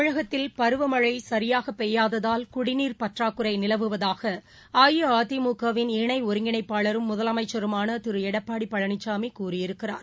தமிழகத்தில் பருவமழைசரியாகபெய்யாததால் குடிநீர் பற்றாக்குறைநிலவுவதாகஅஇஅதிமுக வின் இணைஒருங்கிணைப்பாளரும் முதலமைச்சருமானதிருளடப்பாடிபழனிசாமிகூறியிருக்கிறார்